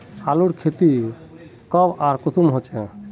आलूर खेती कब आर कुंसम होचे?